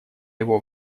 его